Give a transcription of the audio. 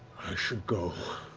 i should go